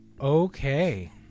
Okay